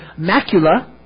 macula